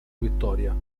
vittoria